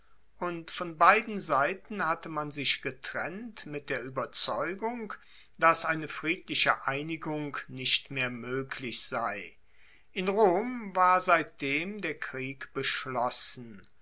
und von beiden seiten hatte man sich getrennt mit der ueberzeugung dass eine friedliche einigung nicht mehr moeglich sei in rom war seitdem der krieg beschlossen